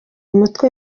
mutwe